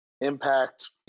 Impact